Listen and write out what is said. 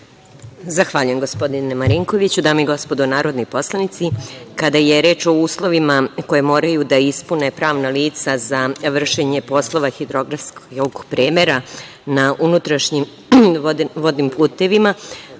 Zahvaljujem, gospodine Marinkoviću. Dame i gospodo narodni poslanici, kada je reč o uslovima koje moraju da ispune pravna lica za vršenje poslova hidrografskog premera na unutrašnjim vodnim putevima,